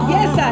Yes